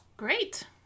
Great